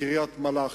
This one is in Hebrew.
לקריית-מלאכי,